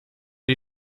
die